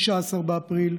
19 באפריל,